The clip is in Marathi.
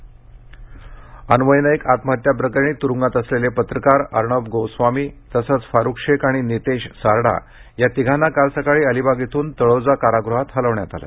रायगड अन्वय नाईक आत्महत्या प़करणी त्रूंगात असलेले पत्रकार अर्णब गोस्वामी तसंच फारुख शेख आणि नितेश सारडा या तिघांना काल सकाळी अलिबाग इथून तळोजा कारागृहात हलविण्यात आलं